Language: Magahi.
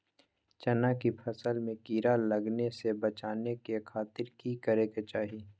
चना की फसल में कीड़ा लगने से बचाने के खातिर की करे के चाही?